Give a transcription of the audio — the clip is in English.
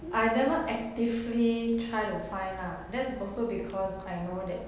I never actively try to find uh that's also because I know that